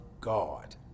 God